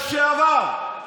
לשעבר,